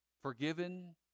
forgiven